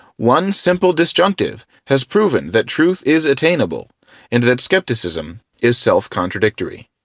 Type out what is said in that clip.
one simple disjunctive has proven that truth is attainable and that skepticism is self-contradictory.